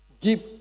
give